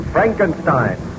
Frankenstein